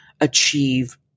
achieve